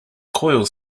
coil